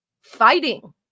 fighting